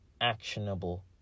actionable